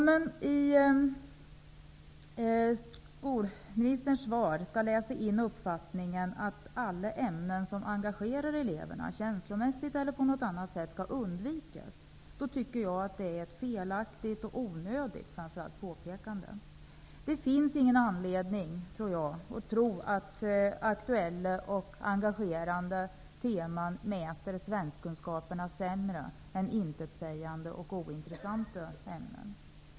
Om man av skolministerns svar skall läsa ut uppfattningen att alla ämnen som engagerar eleverna -- känslomässigt eller på annat sätt -- skall undvikas, tycker jag att det är ett felaktigt och framför allt onödigt påpekande. Det finns ingen anledning att tro att aktuella och engagerande teman skulle mäta svenskkunskaperna sämre än intetsägande och ointressanta ämnen.